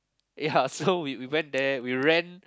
ya so we we went there we ran